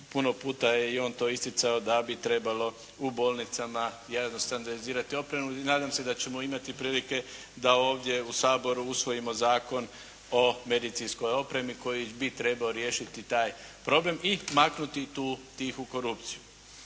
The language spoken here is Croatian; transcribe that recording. puno puta je i on to isticao da bi trebalo u bolnicama standardizirati opremu i nadam se da ćemo imati prilike da ovdje u Saboru usvojimo Zakon o medicinskoj opremi koji bi trebao riješiti taj problem i maknuti tu tihu korupciju.